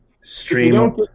stream